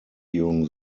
during